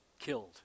killed